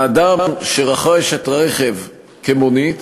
האדם שרכש את הרכב כמונית